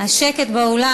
שקט באולם.